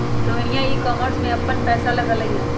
Rohini e commerce में अप्पन पैसा लगअलई ह